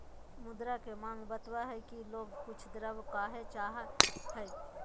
मुद्रा के माँग बतवय हइ कि लोग कुछ द्रव्य काहे चाहइ हइ